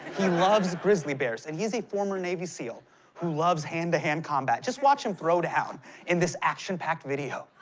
he loves grizzly bears, and he's a former navy seal who loves hand-to-hand combat. just watch him throw down in this action packed video.